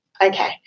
Okay